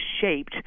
shaped